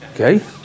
okay